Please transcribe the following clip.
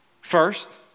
First